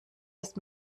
ist